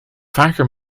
vaker